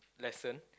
lesson